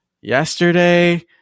yesterday